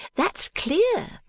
that's clear